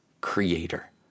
creator